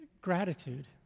gratitude